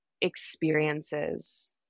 experiences